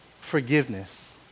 forgiveness